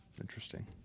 interesting